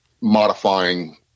modifying